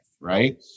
Right